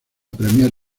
premier